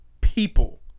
people